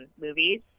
movies